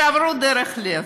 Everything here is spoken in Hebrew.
שעברו דרך הלב.